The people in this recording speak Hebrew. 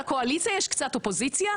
יש קצת אופוזיציה,